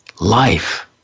life